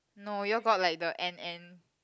no you all got like the and and